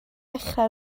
dechrau